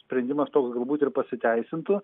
sprendimas toks galbūt ir pasiteisintų